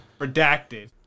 Redacted